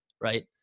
right